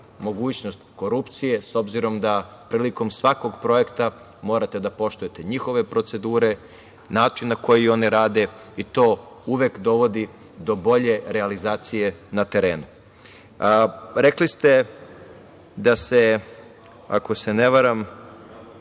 mogućnost korupcije, s obzirom prilikom svakog projekta morate da poštujete njihove procedure, način na koji oni rade i to uvek dovodi do bolje realizacije na terenu. Rekli ste da se, ako se ne varam,